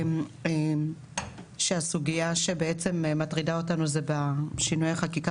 הסוגיה שמטרידה אותנו זה שינוי החקיקה